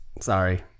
Sorry